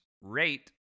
rate